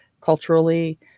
culturally